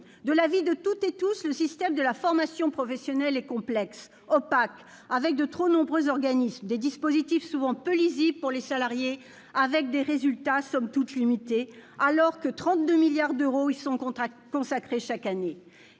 De l'avis de toutes et tous, le système de la formation professionnelle est complexe, opaque, avec de trop nombreux organismes, des dispositifs souvent peu lisibles pour les salariés, et des résultats somme toute limités, alors que 32 milliards d'euros y sont consacrés chaque année.